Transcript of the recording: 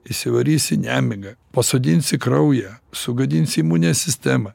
įsivarysi nemigą pasodinsi kraują sugadinsi imunę sistemą